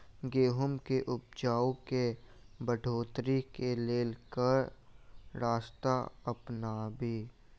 गेंहूँ केँ उपजाउ केँ बढ़ोतरी केँ लेल केँ रास्ता अपनाबी?